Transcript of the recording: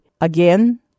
again